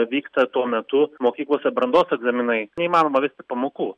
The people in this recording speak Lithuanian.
vyksta tuo metu mokyklose brandos egzaminai neįmanoma vesti pamokų